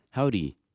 Howdy